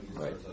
right